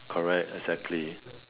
correct exactly